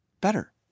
better